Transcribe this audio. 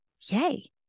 Yay